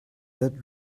that